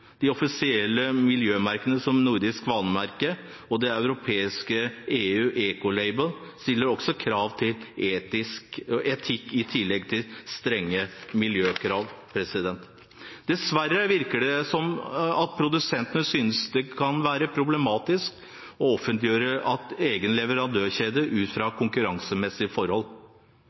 De offisielle miljømerkene som det nordiske Svanemerket og det europeiske EU-Ecolabel stiller også krav til etikk i tillegg til strenge miljøkrav. Dessverre virker det som om produsentene synes det kan være problematisk å offentliggjøre egen leverandørkjede ut ifra konkurransemessige forhold.